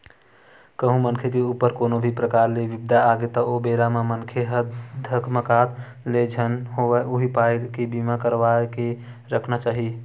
कहूँ मनखे के ऊपर कोनो भी परकार ले बिपदा आगे त ओ बेरा म मनखे ह धकमाकत ले झन होवय उही पाय के बीमा करवा के रखना चाही